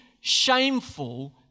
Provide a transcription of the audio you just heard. shameful